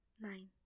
Nine